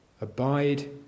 Abide